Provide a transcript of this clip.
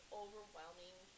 overwhelming